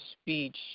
speech